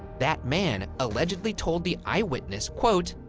that man allegedly told the eyewitness, quote,